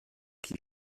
qui